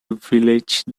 village